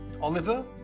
Oliver